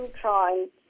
trying